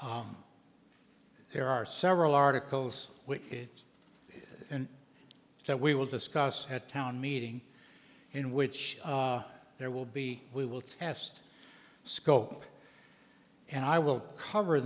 there are several articles which it and so we will discuss how town meeting in which there will be we will test scope and i will cover